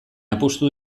apustu